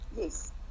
Yes